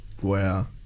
wow